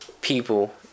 people